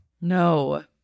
No